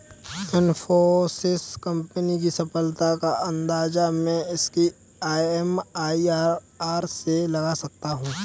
Infosys company की सफलता का अंदाजा मैं इसकी एम.आई.आर.आर से लगा सकता हूँ